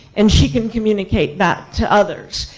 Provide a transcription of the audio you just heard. and she can communicate that to others.